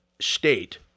state